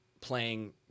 playing